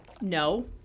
no